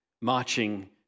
marching